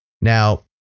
Now